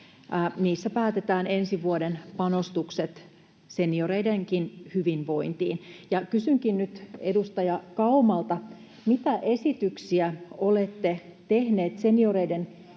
Niissä päätetään ensi vuoden panostukset senioreidenkin hyvinvointiin. Kysynkin nyt edustaja Kaumalta: mitä esityksiä olette tehneet senioreiden hyvinvoinnin